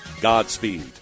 Godspeed